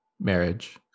marriage